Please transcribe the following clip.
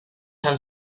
han